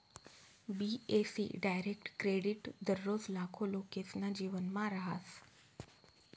बी.ए.सी direct credit दररोज लाखो लोकेसना जीवनमा रहास